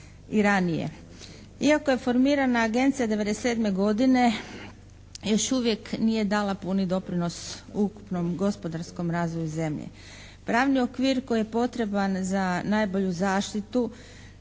Iako je formirana Agencija '97. godine još uvijek nije dala puni doprinos ukupnom gospodarskom razvoju zemlje. Pravni okvir koji je potreban za najbolju zaštitu